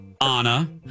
Anna